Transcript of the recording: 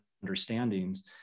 understandings